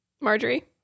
Marjorie